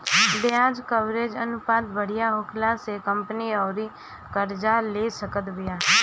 ब्याज कवरेज अनुपात बढ़िया होखला से कंपनी अउरी कर्जा ले सकत बिया